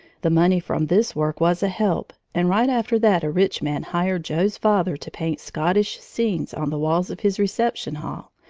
the money from this work was a help, and right after that a rich man hired joe's father to paint scottish scenes on the walls of his reception hall,